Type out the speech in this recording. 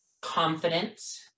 confident